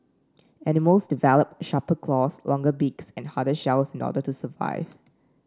animals develop sharper claws longer beaks and harder shells in order to survive